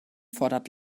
fordert